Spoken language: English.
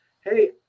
Hey